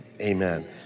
Amen